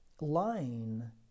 Lying